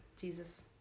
Jesus